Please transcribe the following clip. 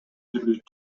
жүргүзүп